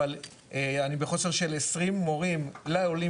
אבל אני בחוסר של עשרים מורים לעולים